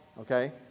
Okay